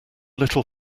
little